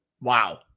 Wow